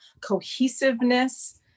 cohesiveness